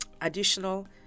additional